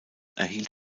erhielt